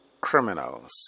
criminals